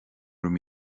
raibh